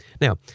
Now